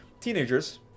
teenagers